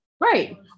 Right